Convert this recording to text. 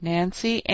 Nancy